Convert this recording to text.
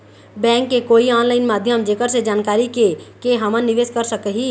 Bank के कोई online माध्यम जेकर से जानकारी के के हमन निवेस कर सकही?